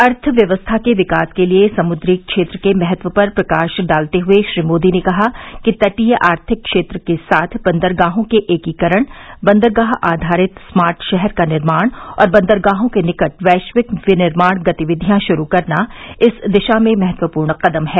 अर्थव्यवस्था के विकास के लिए समुद्री क्षेत्र के महत्व पर प्रकाश डालते हुए श्री मोदी ने कहा कि तटीय आर्थिक क्षेत्र के साथ बंदरगाहों के एकीकरण बंदरगाह आधारित स्मार्ट शहर का निर्माण और बंदरगाहों के निकट वैश्विक विनिर्माण गतिविधयां शुरू करना इस दिशा में महत्वपूर्ण कदम है